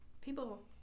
people